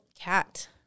cat